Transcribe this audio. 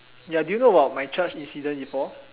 ya do you know about my church incident before